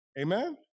amen